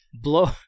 Blow